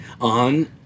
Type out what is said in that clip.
on